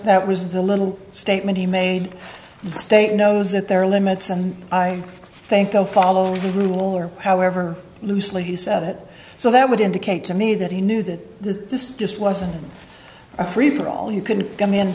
that was the little statement he made the state knows that there are limits and i think i'll follow the rule or however loosely you said it so that would indicate to me that he knew that the this just wasn't a free for all you can come in and